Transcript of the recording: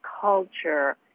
culture